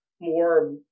more